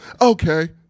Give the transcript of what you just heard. Okay